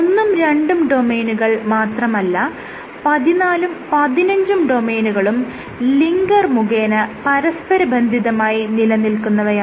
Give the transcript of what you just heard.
ഒന്നും രണ്ടും ഡൊമെയ്നുകൾ മാത്രമല്ല 14 ഉം 15 ഉം ഡൊമെയ്നുകളും ലിങ്കർ മുഖേന പരസ്പരബന്ധിതമായി നിലനിൽക്കുന്നവയാണ്